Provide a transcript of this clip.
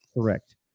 correct